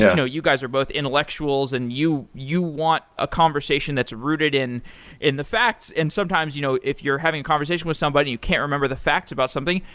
you know you guys are both intellectuals and you you want a conversation that's rooted in in the facts, and sometimes you know if you're having a conversation with somebody, you can't remember the facts about something.